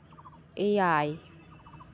ᱮᱭᱟᱭ